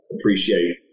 appreciate